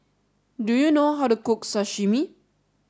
do you know how to cook Sashimi